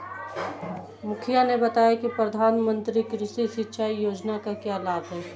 मुखिया ने बताया कि प्रधानमंत्री कृषि सिंचाई योजना का क्या लाभ है?